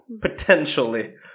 potentially